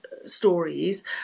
Stories